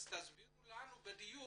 תסבירו לנו בדיוק,